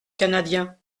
canadien